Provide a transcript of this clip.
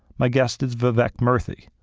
my guest is vivek murthy,